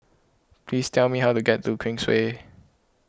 please tell me how to get to Queensway